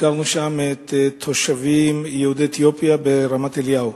ביקרנו שם תושבים, יהודי אתיופיה, ברמת-אליהו.